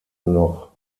noch